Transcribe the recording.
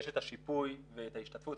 יש את השיפוי ואת ההשתתפות,